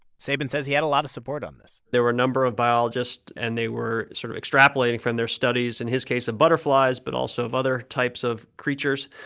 sabin says he had a lot of support on this there were a number of biologists. and they were sort of extrapolating from their studies, in his case, of butterflies but also of other types of creatures.